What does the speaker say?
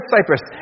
Cyprus